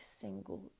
single